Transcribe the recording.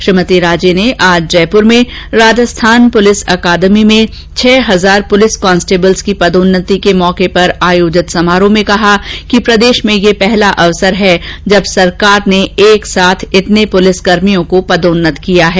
श्रीमती राजे ने आज जयपूर में राजस्थान पुलिस अकादमी में छह हजार पुलिस कॉस्टेबलों की पदोन्नति पर आयोजित समारोह में कहा कि प्रदेश में यह पहला मौका है जब सरकार ने एक साथ इतने पुलिसकर्मियों को पदोन्नत किया है